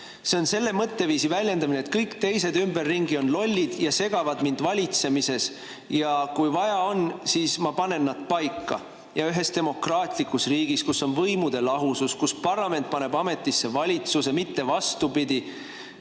See on selle mõtteviisi väljendamine, et kõik teised ümberringi on lollid ja segavad mind valitsemisel ning kui vaja on, siis ma panen nad paika. Ühes demokraatlikus riigis, kus on võimude lahusus, kus parlament paneb ametisse valitsuse, mitte vastupidi,